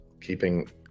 keeping